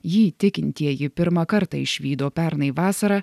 jį tikintieji pirmą kartą išvydo pernai vasarą